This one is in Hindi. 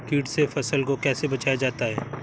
कीट से फसल को कैसे बचाया जाता हैं?